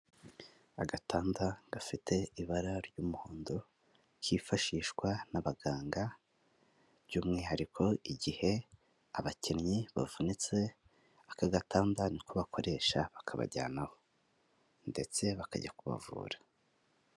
Agatanda gafite ibara ry'umuhondo kifashishwa n'abaganga by'umwihariko igihe abakinnyi bavunitse, aka gatanda niko bakoresha, bakabajyanaho ndetse bakabajyana kubavura.